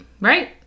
Right